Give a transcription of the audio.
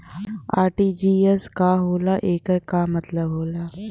RTGS का होला एकर का मतलब होला?